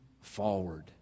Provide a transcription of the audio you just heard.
forward